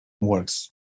works